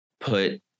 put